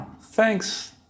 Thanks